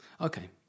Okay